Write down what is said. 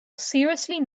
seriously